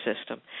system